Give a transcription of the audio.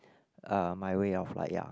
uh my way of like ya